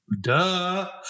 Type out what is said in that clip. Duh